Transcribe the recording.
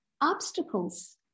obstacles